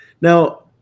Now